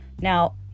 Now